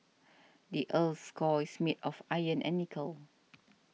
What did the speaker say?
the earth's core is made of iron and nickel